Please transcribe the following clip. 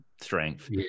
strength